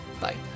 Bye